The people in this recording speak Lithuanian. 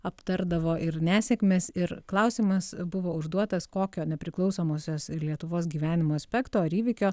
aptardavo ir nesėkmes ir klausimas buvo užduotas kokio nepriklausomosios lietuvos gyvenimo aspekto ar įvykio